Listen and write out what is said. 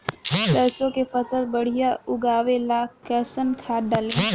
सरसों के फसल बढ़िया उगावे ला कैसन खाद डाली?